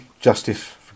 justice